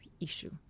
issue